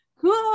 Cool